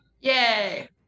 yay